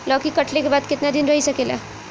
लौकी कटले के बाद केतना दिन रही सकेला?